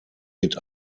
mit